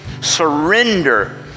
surrender